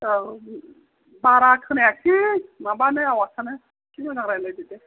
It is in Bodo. औ बारा खोनायासै माबानो आवासानो एसे मोजां रायज्लायदो दे